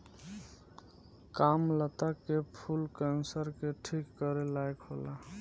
कामलता के फूल कैंसर के ठीक करे लायक होला